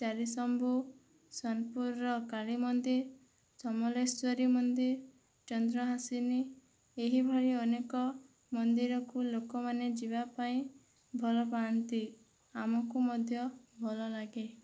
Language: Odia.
ଚାରି ଶମ୍ଭୁ ସୋନପୁରର କାଳୀ ମନ୍ଦିର ସମଲେଶ୍ୱରୀ ମନ୍ଦିର ଚନ୍ଦ୍ରହାସିନୀ ଏହିଭଳି ଅନେକ ମନ୍ଦିରକୁ ଲୋକମାନେ ଯିବାପାଇଁ ଭଲ ପାଆନ୍ତି ଆମକୁ ମଧ୍ୟ ଭଲ ଲାଗେ